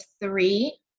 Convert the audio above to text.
three